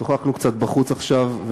שוחחנו קצת בחוץ עכשיו,